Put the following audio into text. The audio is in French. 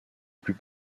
plus